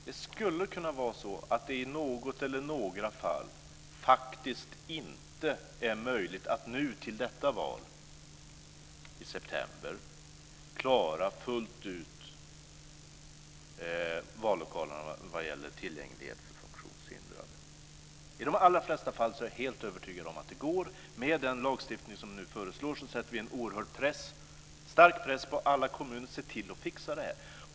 Det skulle kunna vara så att det i något eller några fall faktiskt inte är möjligt att till valet i september i år fullt ut klara att göra vallokalerna tillgängliga för funktionshindrade. Jag är övertygad om att det går i de allra flesta fall. Med den lagstiftning som vi nu föreslår sätter vi en stark press på alla kommuner att se till att fixa det här.